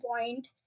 point